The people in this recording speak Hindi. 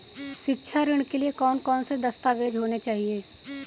शिक्षा ऋण के लिए कौन कौन से दस्तावेज होने चाहिए?